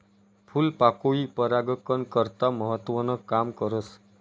फूलपाकोई परागकन करता महत्वनं काम करस